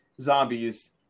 zombies